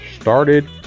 started